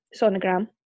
sonogram